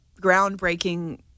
groundbreaking